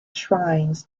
shrines